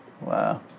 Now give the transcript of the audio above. wow